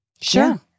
Sure